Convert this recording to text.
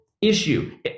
issue